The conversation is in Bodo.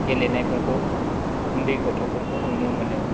गेलेनायफोरखौ उन्दै गथ'फोरखौ नुनो मोनो